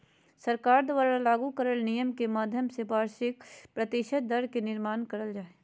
सरकार द्वारा लागू करल नियम के माध्यम से वार्षिक प्रतिशत दर के निर्माण करल जा हय